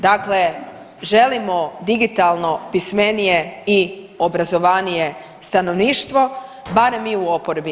Dakle, želimo digitalno pismenije i obrazovanije stanovništvo, barem mi u oporbi.